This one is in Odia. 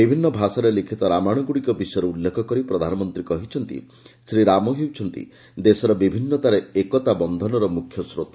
ବିଭିନ୍ନ ଭାଷାରେ ଲିଖିତ ରାମାୟଣଗୁଡ଼ିକ ବିଷୟରେ ଉଲ୍ଲେଖ କରି ପ୍ରଧାନମନ୍ତ୍ରୀ କହିଛନ୍ତି ଶ୍ରୀରାମ ହେଉଛନ୍ତି ଦେଶର 'ବିଭିନ୍ନତାରେ ଏକତା' ବନ୍ଧନର ମୁଖ୍ୟ ସ୍ରୋତ